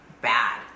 bad